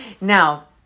Now